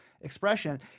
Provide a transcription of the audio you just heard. expression